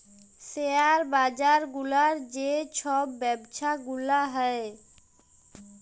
share বাজার গুলার যে ছব ব্যবছা গুলা হ্যয়